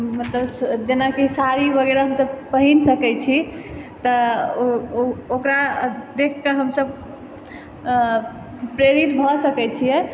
मतलब जेनाकि सारी वगैरह हमसब पहीन सकै छी तऽ ओकरा देखके हमसब प्रेरित भऽ सकै छियै